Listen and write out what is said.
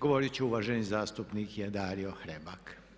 govoriti će uvaženi zastupnik Dario Hrebak.